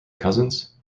cousins